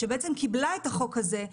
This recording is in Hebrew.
שבעצם קיבלה את החוק הזה,